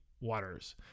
waters